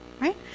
Right